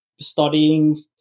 studying